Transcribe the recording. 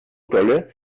dolle